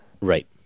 Right